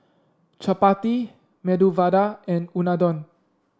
Chapati Medu Vada and Unadon